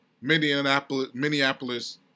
Minneapolis